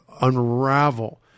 unravel